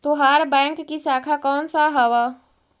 तोहार बैंक की शाखा कौन सा हवअ